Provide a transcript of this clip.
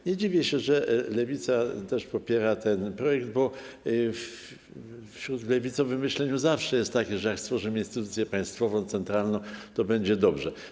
I dziwię się, że Lewica też popiera ten projekt, bo w lewicowym myśleniu zawsze jest takie założenie, że jak stworzymy instytucję państwową, centralną, to będzie dobrze.